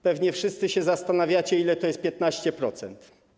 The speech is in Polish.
Pewnie wszyscy się zastanawiacie, ile to jest 15%.